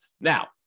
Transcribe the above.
Now